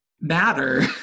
matter